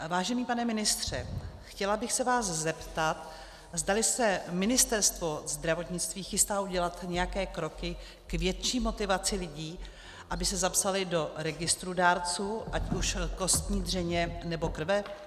Vážený pane ministře, chtěla bych se vás zeptat, zdali se Ministerstvo zdravotnictví chystá udělat nějaké kroky k větší motivaci lidí, aby se zapsali do registrů dárců, ať už kostní dřeně, nebo krve.